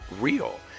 real